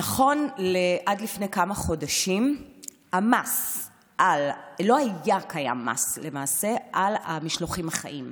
נכון לעד לפני כמה חודשים לא היה קיים מס על משלוחים חיים.